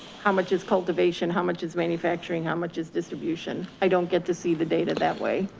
how much is cultivation? how much is manufacturing? how much is distribution? i don't get to see the data that way.